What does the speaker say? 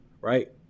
Right